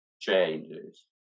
changes